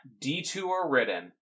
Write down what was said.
detour-ridden